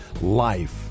life